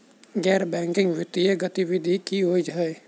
गैर बैंकिंग वित्तीय गतिविधि की होइ है?